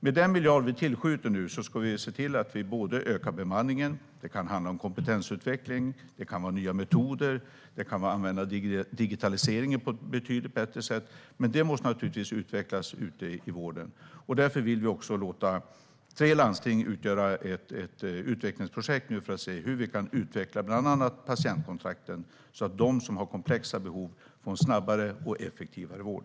Med den miljard vi skjuter till kommer bemanningen att öka, kompetensutvecklingen öka, nya metoder införas och digitaliseringen användas på ett bättre sätt. Dessa delar måste utvecklas ute i vården. Vi kommer att låta tre landsting utgöra ett projekt så att vi kan se hur bland annat patientkontakten kan utvecklas så att de som har komplexa behov får en snabbare och effektivare vård.